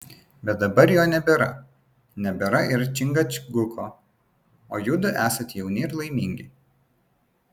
bet dabar jo nebėra nebėra ir čingačguko o judu esat jauni ir laimingi